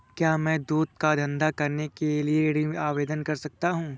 क्या मैं दूध का धंधा करने के लिए ऋण आवेदन कर सकता हूँ?